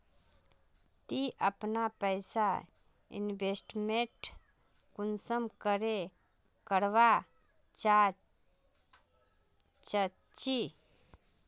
ती अपना पैसा इन्वेस्टमेंट कुंसम करे करवा चाँ चची?